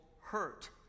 hurt